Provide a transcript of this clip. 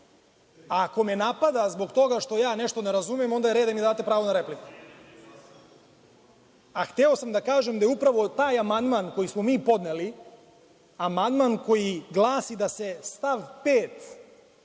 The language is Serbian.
Ako me napada zbog toga što ja nešto ne razumem, onda je red da mi date pravo na repliku.A hteo sam da kažem da je upravo taj amandman koji smo mi podneli, amandman koji glasi da se stav 5.